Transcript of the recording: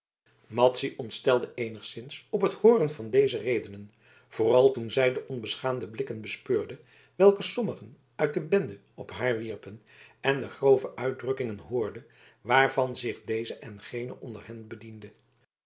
madzy ontstelde eenigszins op het hooren van deze redenen vooral toen zij de onbeschaamde blikken bespeurde welke sommigen uit de bende op haar wierpen en de grove uitdrukkingen hoorde waarvan zich deze en gene onder hen bediende